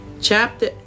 chapter